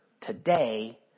today